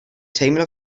teimlo